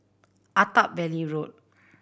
Attap Valley Road